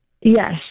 Yes